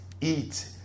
eat